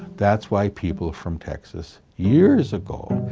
that's why people from texas, years ago,